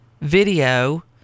video